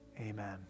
amen